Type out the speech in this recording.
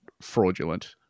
fraudulent